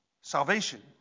Salvation